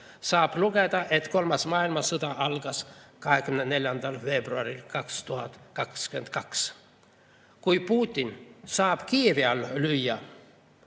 saaks öelda, et kolmas maailmasõda algas 24. veebruaril 2022. Kui Putin saab lüüa